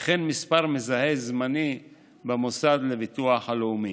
וכן מספר מזהה זמני במוסד לביטוח לאומי.